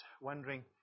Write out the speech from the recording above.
wondering